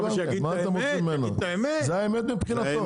--- שיגיד את האמת --- זו האמת מבחינתו.